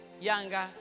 younger